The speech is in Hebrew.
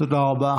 תודה רבה.